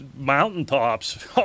mountaintops